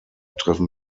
treffen